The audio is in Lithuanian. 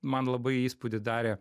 man labai įspūdį darė